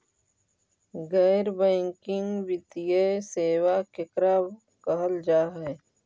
गैर बैंकिंग वित्तीय सेबा केकरा कहल जा है?